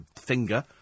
finger